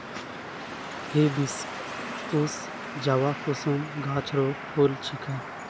hibiscus जवाकुसुम गाछ रो फूल छिकै